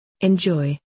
Enjoy